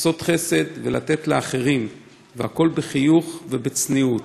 לעשות חסד ולתת לאחרים, והכול בחיוך ובצניעות.